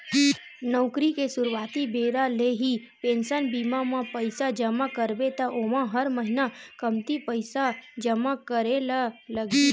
नउकरी के सुरवाती बेरा ले ही पेंसन बीमा म पइसा जमा करबे त ओमा हर महिना कमती पइसा जमा करे ल लगही